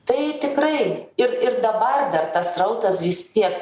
tai tikrai ir ir dabar dar tas srautas vis tiek